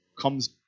comes